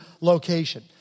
location